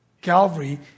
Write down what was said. Calvary